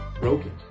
broken